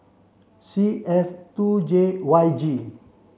C F two J Y G